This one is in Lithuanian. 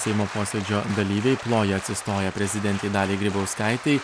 seimo posėdžio dalyviai ploja atsistoję prezidentei daliai grybauskaitei